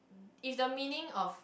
if the meaning of